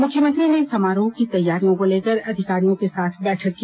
मुख्यमंत्री ने समारोह की तैयारियों को लेकर अधिकारियों के साथ बैठक की